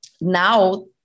now